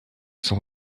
son